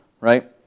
right